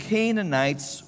Canaanites